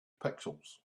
pixels